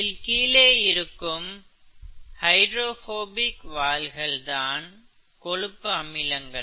இதில் கீழே இருக்கும் ஹைடிரோஃபோபிக் வால்கள் தான் கொழுப்பு அமிலங்கள்